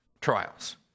trials